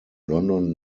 london